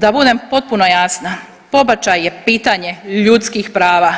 Da budem potpuno jasna, pobačaj je pitanje ljudskih prava,